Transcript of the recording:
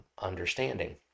understanding